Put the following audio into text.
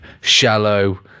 shallow